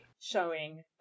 showing